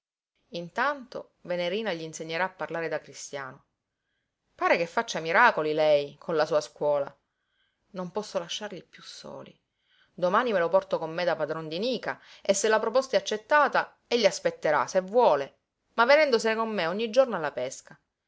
intanto venerina gli insegnerà a parlare da cristiano pare che faccia miracoli lei con la sua scuola non posso lasciarli piú soli domani me lo porto con me da padron di nica e se la proposta è accettata egli aspetterà se vuole ma venendosene con me ogni giorno alla pesca